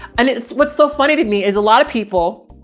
and it's what's so funny to me is a lot of people,